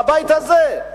בבית הזה,